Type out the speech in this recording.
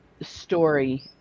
story